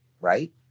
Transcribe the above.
right